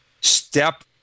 step